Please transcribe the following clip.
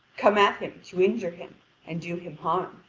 come at him to injure him and do him harm.